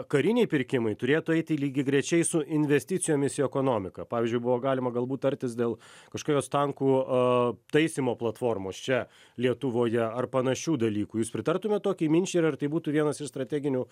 kariniai pirkimai turėtų eiti lygiagrečiai su investicijomis į ekonomiką pavyzdžiui buvo galima galbūt tartis dėl kažkokios tankų taisymo platformos čia lietuvoje ar panašių dalykų jūs pritartumėt tokiai minčiai ir ar tai būtų vienas iš strateginių